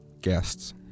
guests